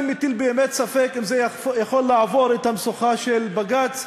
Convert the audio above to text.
אני מטיל באמת ספק אם זה יכול לעבור את המשוכה של בג"ץ,